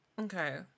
Okay